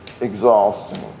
exhausting